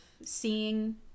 seeing